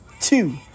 Two